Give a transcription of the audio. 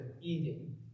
eating